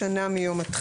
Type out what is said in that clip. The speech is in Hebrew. (4) ו-(8) ו-8(4) ביום _________;